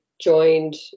joined